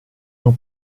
non